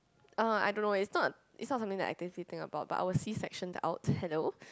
uh I don't know it's not it's not something that I seriously think about but I will C section out hello